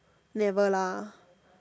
never lah